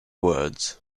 words